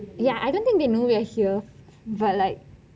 ya I don't think they know we are here but like